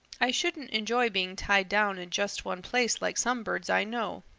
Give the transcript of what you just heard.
i shouldn't enjoy being tied down in just one place like some birds i know.